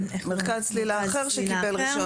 מרכז צלילה אחר שקיבל רישיון.